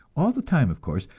all the time, of course,